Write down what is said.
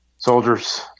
Soldiers